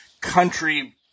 country